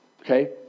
okay